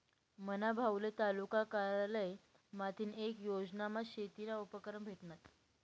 मना भाऊले तालुका कारयालय माथीन येक योजनामा शेतीना उपकरणं भेटनात